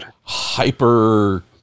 hyper